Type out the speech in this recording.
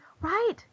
Right